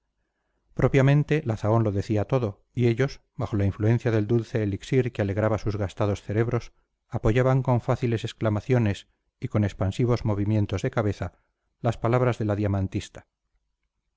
propiamente la zahón lo decía todo y ellos bajo la influencia del dulce elixir que alegraba sus gastados cerebros apoyaban con fáciles exclamaciones y con expansivos movimientos de cabeza las palabras de la diamantista